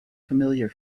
familiar